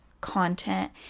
content